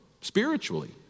spiritually